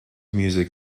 music